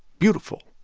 beautiful.